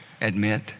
admit